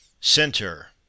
Center